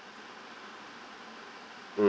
mm